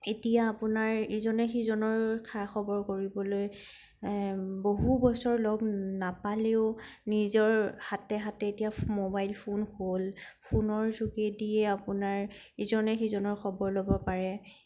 এতিয়া আপোনাৰ ইজনে সিজনৰ খা খবৰ কৰিবলৈ বহু বছৰ লগ নাপালেও নিজৰ হাতে হাতে এতিয়া ম'বাইল ফোন হ'ল ফোনৰ যোগেদিয়ে আপোনাৰ ইজনে সিজনৰ খবৰ ল'ব পাৰে